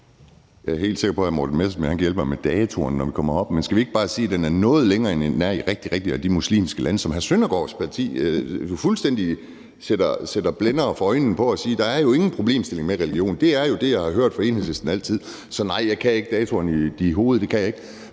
Jeg er helt sikker på, at hr. Morten Messerschmidt kan hjælpe mig med datoerne, når han kommer herop, men skal vi ikke bare sige, at den er noget længere, end den er i de muslimske lande, hvor hr. Søren Søndergaards parti fuldstændig sætter blændere for øjnene og siger, at der ingen problemstilling er med religion. Det er jo det, jeg altid har hørt fra Enhedslisten. Så nej, jeg kan ikke datoerne i hovedet,